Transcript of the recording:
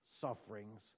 sufferings